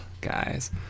guys